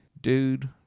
Dude